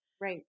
Right